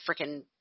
freaking